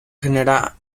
genera